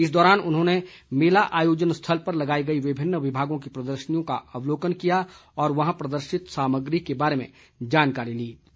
इस दौरान उन्होंने मेला आयोजन स्थल पर लगाई गई विभिन्न विभागों की प्रदर्शनियों का अवलोकन किया और वहां प्रदर्शित सामग्री के बारे में जानकारी प्राप्त की